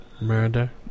Murder